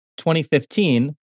2015